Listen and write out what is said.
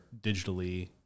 digitally